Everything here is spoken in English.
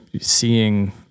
seeing